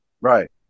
Right